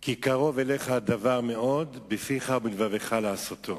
כי קרוב אליך הדבר מאוד, בפיך ובלבבך לעשותו.